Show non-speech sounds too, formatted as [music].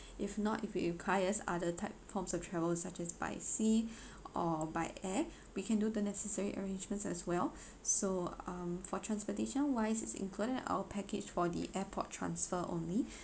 if not if you requires other type forms of travel such as by sea [breath] or by air we can do the necessary arrangements as well so um for transportation wise it's included our package for the airport transfer only